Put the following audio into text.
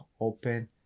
open